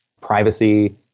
privacy